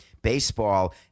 Baseball